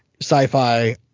sci-fi